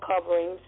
coverings